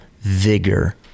vigor